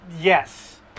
Yes